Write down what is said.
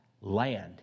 land